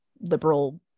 liberal